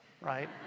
right